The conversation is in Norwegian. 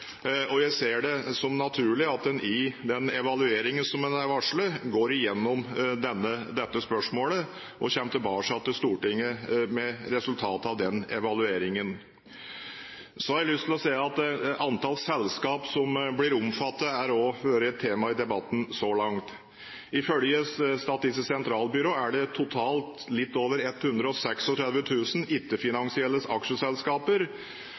og jeg ser det som naturlig at en i den evalueringen en har varslet, går gjennom dette spørsmålet og kommer tilbake til Stortinget med resultatet av evalueringen. Antall selskap som blir omfattet, har også vært et tema i debatten så langt. Ifølge Statistisk sentralbyrå er det totalt litt over 136 000 ikke-finansielle aksjeselskaper som oppfyller alle tre terskelverdier. Herunder er det ca. 17 000 morselskaper som ikke vil kunne fravelge revisjon, og